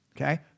Okay